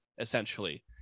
essentially